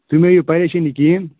تُہۍ مہٕ ہیٚیِو پریشٲنی کِہیٖنٛۍ